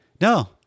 no